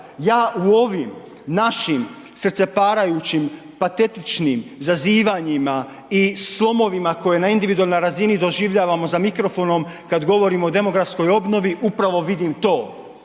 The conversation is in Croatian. Ja u ovim našim srceparajućim patetičnim zazivanjima i slomovima koji na individualnoj razini doživljavamo za mikrofonom kad govorimo o demografskoj obnovi, upravo vidim to.